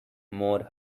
more